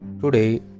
Today